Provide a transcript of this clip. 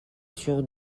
sur